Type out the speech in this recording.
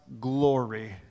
glory